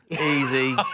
Easy